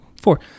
four